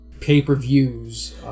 pay-per-views